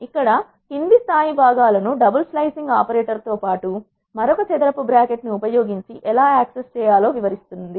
ఇక్కడ క్రింది స్థాయి భాగాలను డబుల్స్లో ఐసింగ్ ఆపరేటర్ తో పాటు మరొక చదరపు బ్రాకెట్ ని ఉపయోగించి ఎలా యాక్సెస్ చేయాలో వివరిస్తుంది